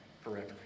forever